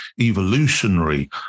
evolutionary